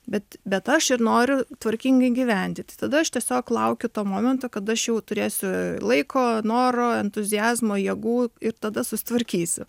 bet bet aš ir noriu tvarkingai gyventi tai tada aš tiesiog laukiu to momento kada aš jau turėsiu laiko noro entuziazmo jėgų ir tada susitvarkysiu